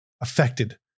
affected